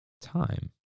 time